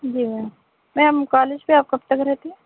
جی ma'am ma'am college پہ آپ کب تک رہتی